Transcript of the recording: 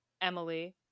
Emily